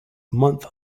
month